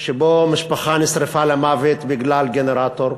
שבו משפחה נשרפה למוות בגלל גנרטור,